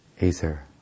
ether